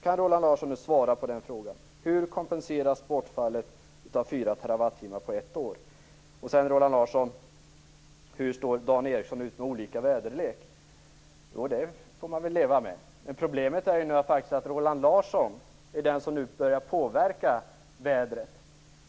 Kan Roland Larsson svara på frågan? Hur kompenseras bortfallet av 4 TWh på ett år? Roland Larsson frågar hur jag står ut med olika väderlek. Ja, det får man väl leva med. Problemet är ju att Roland Larsson nu börjar påverka vädret.